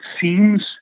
seems